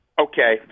okay